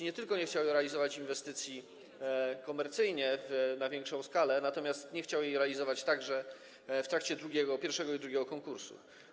Nie tylko nie chciał realizować inwestycji komercyjnie, na większą skalę, natomiast nie chciał jej realizować także w trakcie pierwszego i drugiego konkursu.